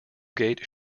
gate